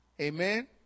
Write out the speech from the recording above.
Amen